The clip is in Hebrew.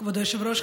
כבוד היושב-ראש,